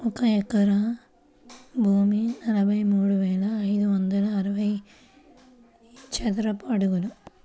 ఒక ఎకరం భూమి నలభై మూడు వేల ఐదు వందల అరవై చదరపు అడుగులు